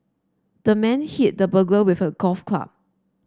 the man hit the burglar with a golf club